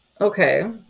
Okay